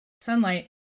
sunlight